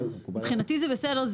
מבחינתי זה בסדר.